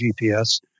GPS